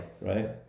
right